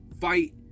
fight